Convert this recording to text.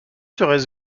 serait